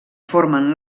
formen